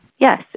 Yes